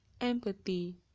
empathy